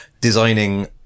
designing